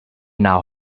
now